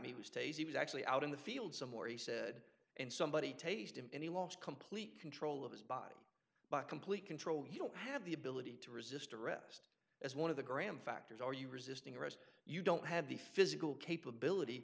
days he was actually out in the field somewhere he said and somebody taste him and he lost complete control of his body by complete control you don't have the ability to resist arrest as one of the grand factors are you resisting arrest you don't have the physical capability